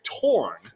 torn